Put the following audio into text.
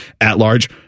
at-large